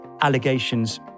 allegations